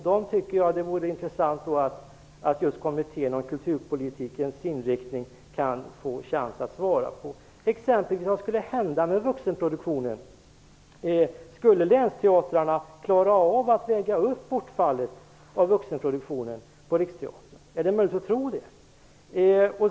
Det vore intressant om kommittén om kulturpolitikens inriktning kan få chansen att svara på dem. Vad skulle t.ex. hända med vuxenproduktionen? Skulle länsteatrarna klara av att väga upp bortfallet av vuxenproduktionen inom Riksteatern? Är det möjligt att tro det?